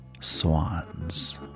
Swans